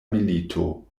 milito